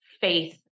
faith